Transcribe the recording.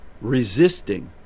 resisting